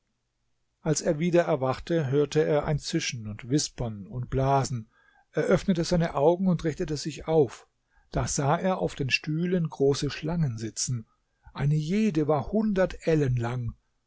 als er wieder erwachte hörte er ein zischen und wispern und blasen er öffnete seine augen und richtete sich auf da sah er auf den stühlen große schlangen sitzen eine jede war hundert ellen lang